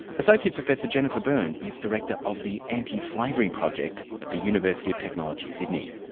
associate professor jennifer burn is director of the anti slavery project at the university of technology, sydney.